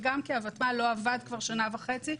וגם כי הוותמ"ל לא עבדה כבר שנה וחצי,